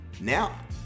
Now